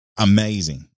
amazing